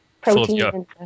protein